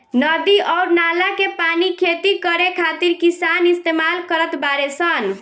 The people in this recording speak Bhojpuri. नदी अउर नाला के पानी खेती करे खातिर किसान इस्तमाल करत बाडे सन